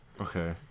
okay